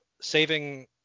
saving